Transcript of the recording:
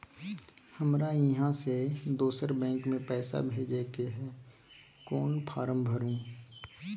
हमरा इहाँ से दोसर बैंक में पैसा भेजय के है, कोन फारम भरू?